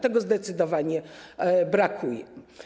Tego zdecydowanie brakuje.